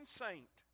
saint